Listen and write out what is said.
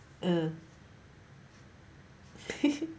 uh